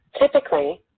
typically